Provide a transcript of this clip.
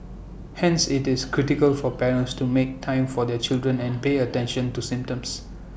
hence IT is critical for parents to make time for their children and pay attention to symptoms